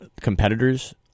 competitors